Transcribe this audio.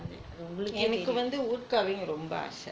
உங்களுக்கே தெரியும்:ungalukkae theriyum